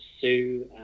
Sue